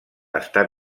està